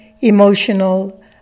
emotional